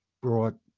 brought